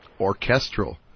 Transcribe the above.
orchestral